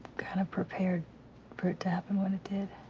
kind of prepared for it to happen when it did.